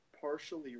partially